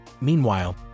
Meanwhile